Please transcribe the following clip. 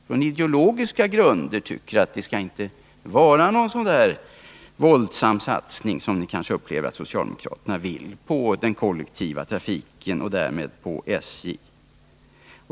Är det av ideologiska skäl som kommunikationsministern kanske tycker att det inte skall vara en så våldsam satsning som socialdemokraterna vill ha på den kollektiva trafiken och därmed på SJ?